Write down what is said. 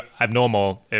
abnormal